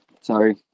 sorry